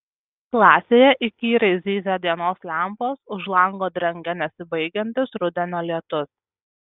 klasėje įkyriai zyzia dienos lempos už lango drengia nesibaigiantis rudenio lietus